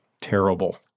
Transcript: terrible